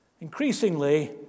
Increasingly